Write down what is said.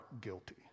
guilty